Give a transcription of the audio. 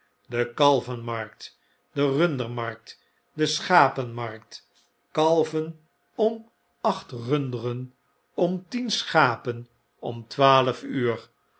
de kalvenmarkt de rundermarkt de schapenmarkt kalven om acht runderen om tien schapen om twaalf uur